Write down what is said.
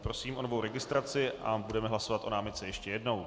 Prosím o novou registraci a budeme hlasovat o námitce ještě jednou.